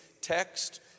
text